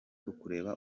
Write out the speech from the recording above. ukureba